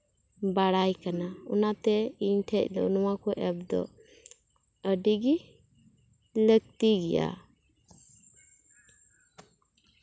ᱵᱟᱲᱟᱭ ᱠᱟᱱᱟ ᱚᱱᱟᱛᱮ ᱤᱧ ᱴᱷᱮᱡ ᱫᱚ ᱱᱚᱣᱟ ᱠᱚ ᱮᱯ ᱫᱚ ᱟᱹᱰᱤ ᱜᱮ ᱞᱟᱹᱠᱛᱤ ᱜᱮᱭᱟ